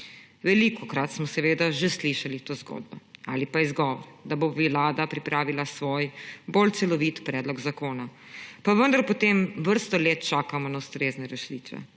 Velikokrat smo seveda že slišali to zgodbo ali pa izgovore, da bo Vlada pripravila svoj bolj celovit predlog zakona, pa vendar potem vrsto let čakamo na ustrezne rešitve.